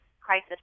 crisis